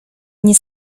nie